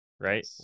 right